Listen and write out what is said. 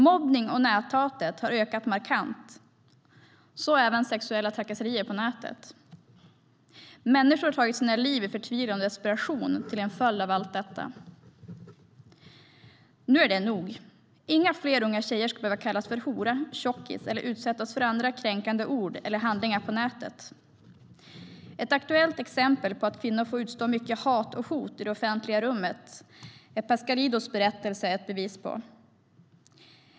Mobbning och näthatet har ökat markant, och så även sexuella trakasserier på nätet. Människor har tagit sina liv i förtvivlan och desperation till följd av allt detta. Nu är det nog. Inga fler unga tjejer ska behöva kallas för hora, tjockis eller utsättas för andra kränkande ord eller handlingar på nätet. Ett aktuellt exempel på att kvinnor får utstå mycket hat och hot i det offentliga rummet är Alexandra Pascalidous berättelse ett bevis på.